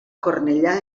cornellà